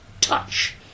touch